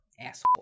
Asshole